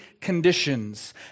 conditions